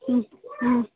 உம் உம்